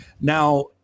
Now